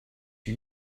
you